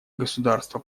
государства